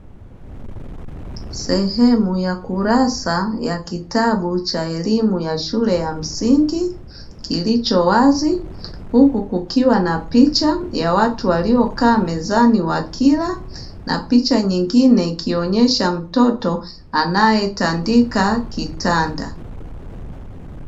Sehemu ya kurasa ya kitabu cha elimu ya shule ya msingi kilicho wazi, huku kukiwa na picha ya watu waliokaa mezani wakila, na picha nyingine ikionyesha mtoto anayetandika kitanda.